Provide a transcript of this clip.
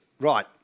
right